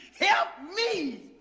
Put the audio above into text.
yeah me!